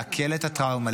לעכל את הטראומה,